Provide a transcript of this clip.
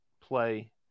play